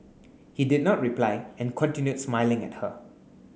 he did not reply and continued smiling at her